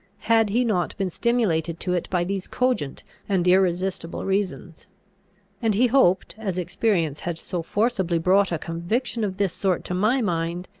had he not been stimulated to it by these cogent and irresistible reasons and he hoped, as experience had so forcibly brought a conviction of this sort to my mind,